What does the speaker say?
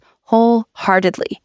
wholeheartedly